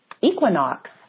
equinox